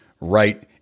right